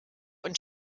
und